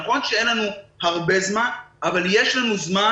נכון שאין לנו הרבה זמן אבל יש לנו זמן